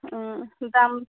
ओम दाम